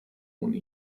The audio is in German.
ohne